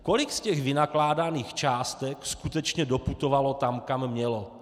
Kolik z těch vynakládaných částek skutečně doputovalo tam, kam mělo?